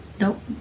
Nope